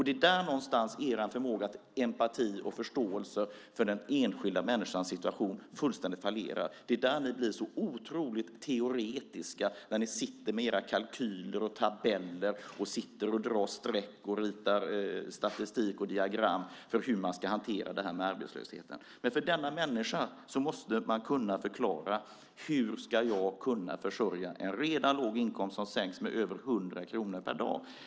Det är någonstans som er förmåga till empati och förståelse för den enskilda människans situation fullständigt fallerar. Det är där ni blir otroligt teoretiska när ni sitter med era kalkyler och tabeller. Ni drar streck och ritar upp statistik och diagram för hur man ska hantera detta med arbetslösheten. Man måste kunna förklara för denna människa och svara på frågan: Hur ska jag som redan har en låg inkomst kunna försörja mig när den sänks med över 100 kronor per dag?